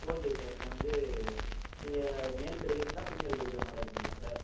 okay sir இப்போ வந்து நீங்கள் மேல்க்கு எடுக்குறீங்களா ஃபீமேலுக்கு எடுக்கிற மாட்ட இருக்கீங்களா சார்